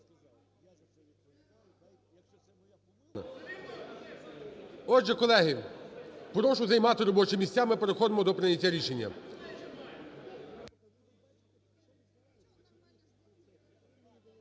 Отже, колеги, прошу займати робочі місця, ми переходимо до прийняття рішення.